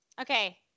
Okay